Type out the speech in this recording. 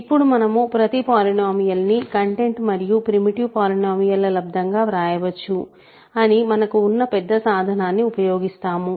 ఇప్పుడు మనము ప్రతి పాలినోమీయల్ ని కంటెంట్ మరియు ప్రిమిటివ్ పాలినోమీయల్ ల లబ్దంగా వ్రాయవచ్చుఅని మనకు ఉన్న పెద్ద సాధనాన్ని ఉపయోగిస్తాము